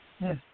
Yes